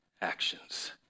actions